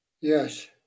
Yes